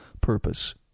purpose